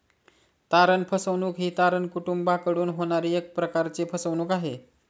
तारण फसवणूक ही तारण कुटूंबाकडून होणारी एक प्रकारची फसवणूक आहे